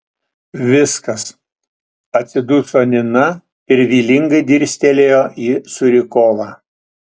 viskas atsiduso nina ir vylingai dirstelėjo į curikovą